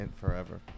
forever